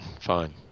Fine